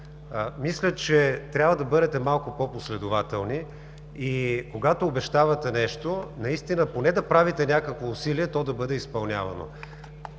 Мисля, че трябва да бъдете малко по-последователни и когато обещавате нещо, наистина поне да правите някакво усилие то да бъде изпълнявано.